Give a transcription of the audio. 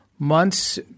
months